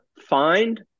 find